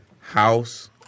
House